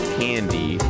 candy